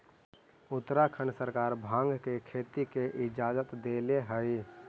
उत्तराखंड सरकार भाँग के खेती के इजाजत देले हइ